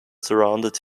surrounded